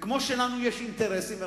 כמו שלנו יש אינטרסים,